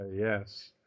yes